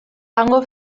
hango